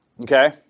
Okay